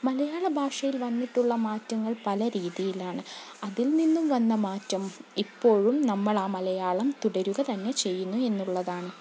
മലയാള ഭാഷയിൽ വന്നിട്ടുള്ള മാറ്റങ്ങൾ പല രീതിയിലാണ് അതിൽ നിന്നും വന്ന മാറ്റം ഇപ്പോഴും നമ്മൾ ആ മലയാളം തുടരുക തന്നെ ചെയ്യുന്നു എന്നുള്ളതാണ്